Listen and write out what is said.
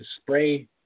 spray